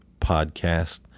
podcast